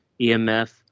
EMF